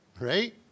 right